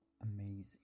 amazing